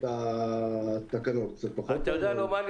אתה יכול לומר לי,